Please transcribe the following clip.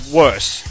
worse